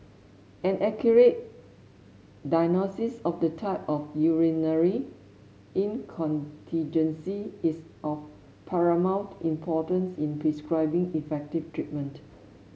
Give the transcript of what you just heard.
an accurate diagnosis of the type of urinary incontinence is of paramount importance in prescribing effective treatment